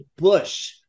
Bush